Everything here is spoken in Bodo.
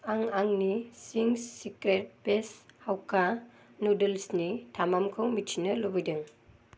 आं आंनि चिंस सिक्रेट वेज हाक्का नुडोल्स नि थामानखौ मिथिनो लुबैदों